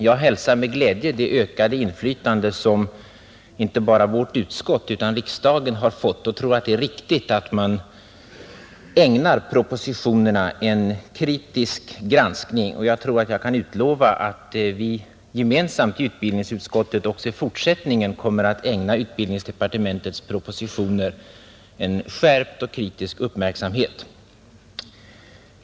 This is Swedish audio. Jag hälsar med glädje det ökade inflytande som inte bara vårt utskott utan riksdagen i sin helhet har fått och anser att det är riktigt att man ägnar propositionerna en kritisk granskning. Och jag tror att jag kan utlova att vi gemensamt i utbildningsutskottet också i fortsättningen kommer att ägna utbildningsdepartementets propositioner en skärpt och kritisk uppmärksamhet.